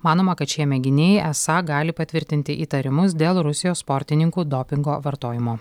manoma kad šie mėginiai esą gali patvirtinti įtarimus dėl rusijos sportininkų dopingo vartojimo